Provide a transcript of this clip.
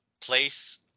Place